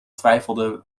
twijfelde